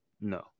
No